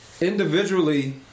individually